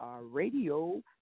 Radio